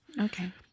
Okay